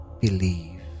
believe